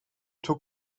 took